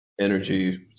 energy